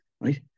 right